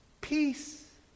Peace